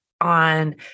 on